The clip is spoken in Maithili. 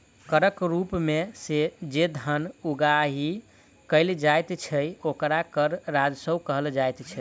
करक रूप मे जे धन उगाही कयल जाइत छै, ओकरा कर राजस्व कहल जाइत छै